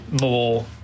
more